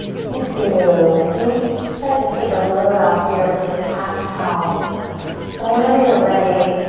thank you, benji. just start to take a load off here with some cat-cow. so whenever you're ready